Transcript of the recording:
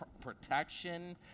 protection